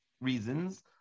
reasons